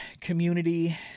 community